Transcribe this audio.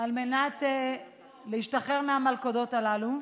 על מנת להשתחרר מהמלכודות הללו,